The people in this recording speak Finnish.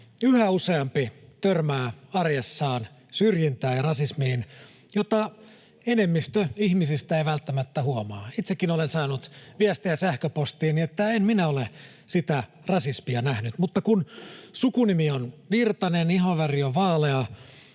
Yhä useampi törmää arjessaan syrjintään ja rasismiin, jota enemmistö ihmisistä ei välttämättä huomaa. Itsekin olen saanut viestejä sähköpostiini, että en minä ole sitä rasismia nähnyt. Mutta kun sukunimi on Virtanen, ihonväri on vaalea